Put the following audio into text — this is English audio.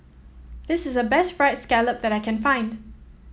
this is the best fried scallop that I can find